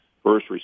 first